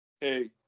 Hey